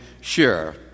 sure